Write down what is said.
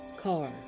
car